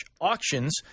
auctions